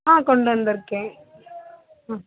ஆ கொண்டு வந்திருக்கேன் ம்